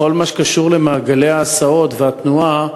בכל מה שקשור למעגלי ההסעות והתנועה,